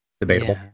debatable